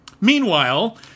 Meanwhile